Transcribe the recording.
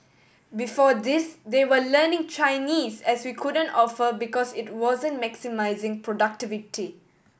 before this they were learning Chinese as we couldn't offer because it wasn't maximising productivity